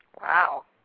Wow